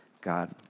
God